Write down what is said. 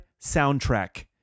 soundtrack